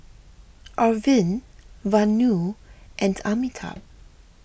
Arvind Vanu and Amitabh